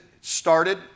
started